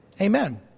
Amen